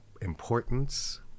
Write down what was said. importance